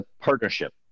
partnership